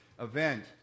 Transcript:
event